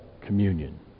communion